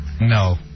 No